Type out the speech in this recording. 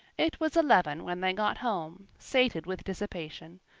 it was eleven when they got home, sated with dissipation,